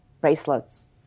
bracelets